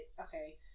okay